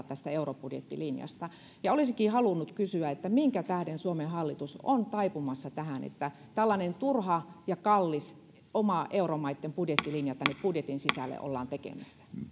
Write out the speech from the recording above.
tästä eurobudjettilinjasta ja olisinkin halunnut kysyä minkä tähden suomen hallitus on taipumassa tähän että tällainen turha ja kallis oma euromaitten budjettilinja tänne budjetin sisälle ollaan tekemässä